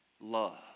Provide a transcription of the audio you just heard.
love